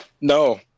No